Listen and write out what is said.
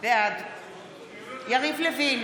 בעד יריב לוין,